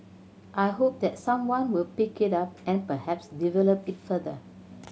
I hope that someone will pick it up and perhaps develop it further